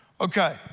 Okay